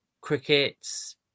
crickets